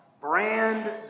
Brand